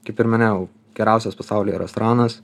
kaip ir minėjau geriausias pasaulyje restoranas